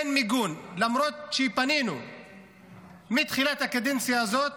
אין מיגון, למרות שפנינו מתחילת הקדנציה הזאת